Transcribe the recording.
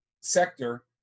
sector